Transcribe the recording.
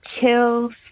chills